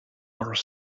are